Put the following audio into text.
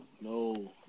No